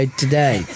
today